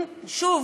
שוב,